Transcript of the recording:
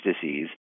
disease